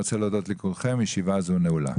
תודה רבה, הישיבה נעולה.